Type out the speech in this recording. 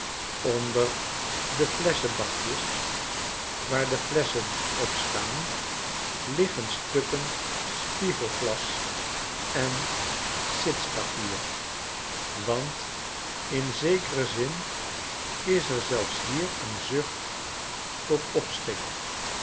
onder de flesschenbakjes waar de ilesschen op staan liggen stukken spiegelglas en sitspapier want in zekeren zin is er zelfs hier een zucht tot